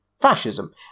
fascism